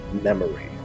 memory